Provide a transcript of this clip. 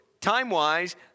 time-wise